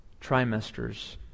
trimesters